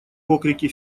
окрики